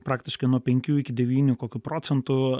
praktiškai nuo penkių iki devynių kokių procentų